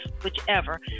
whichever